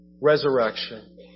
resurrection